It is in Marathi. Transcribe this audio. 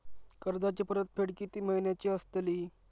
कर्जाची परतफेड कीती महिन्याची असतली?